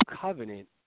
Covenant